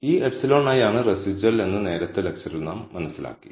ഈ εi ആണ് റെസിജ്വൽ എന്ന് നേരത്തെ ലെക്ച്ചറിൽ നാം മനസ്സിലാക്കി